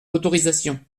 autorisation